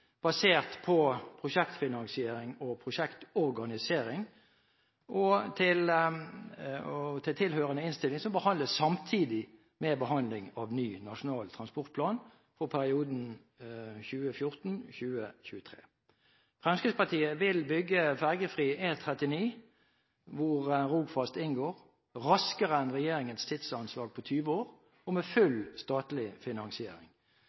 basert på prosjektfinansiering og prosjektorganisering, og til tilhørende innstilling, som behandles samtidig med behandlingen av ny Nasjonal transportplan for perioden 2014–2023. Fremskrittspartiet vil bygge ferjefri E39, hvor Rogfast inngår, raskere enn regjeringens tidsanslag på 20 år og med full statlig finansiering.